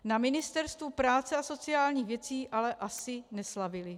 Na Ministerstvu práce a sociálních věcí ale asi neslavili.